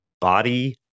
body